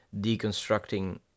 deconstructing